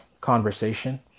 conversation